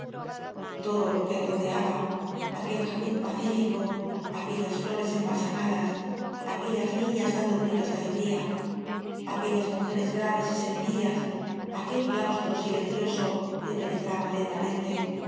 todo lo que le rodeaba aquel jardin pacífico aquellas flores embalsamadas aquellas niñas dando gritos de alegría aquellas mujeres graves y sencillas aquel claustro silencioso le penetraban lentamente